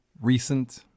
recent